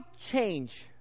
change